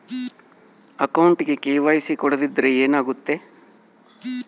ಅಕೌಂಟಗೆ ಕೆ.ವೈ.ಸಿ ಕೊಡದಿದ್ದರೆ ಏನಾಗುತ್ತೆ?